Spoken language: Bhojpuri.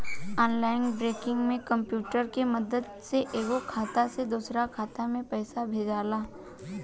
ऑनलाइन बैंकिंग में कंप्यूटर के मदद से एगो खाता से दोसरा खाता में पइसा भेजाला